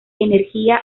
energía